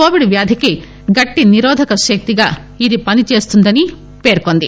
Covid వ్యాధికి గట్టి నిరోధక శక్తిగా ఇది పనిచేస్తుందని చెప్పింది